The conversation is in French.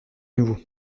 nouveau